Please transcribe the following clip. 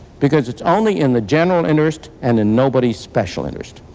because it's only in the general interest and in nobody's special interest.